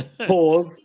pause